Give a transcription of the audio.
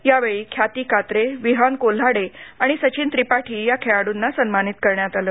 यावेळी ख्याती कात्रे विहान कोल्हाडे आणि सचिन त्रिपाठी या खेळाडूंना सन्मानित करण्यात आलं